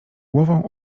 głową